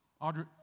Audrey